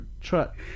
truck